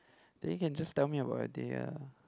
then you can just tell me about your day ah